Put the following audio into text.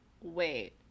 Wait